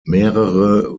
mehrere